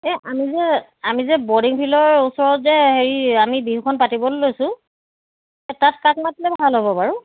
এই আমি যে আমি যে বৰ্ডিং ফিল্ডৰ ওচৰত যে হেৰি আমি বিহুখন পাতিবলৈ লৈছোঁ তাত কাক মাতিলে ভাল হ'ব বাৰু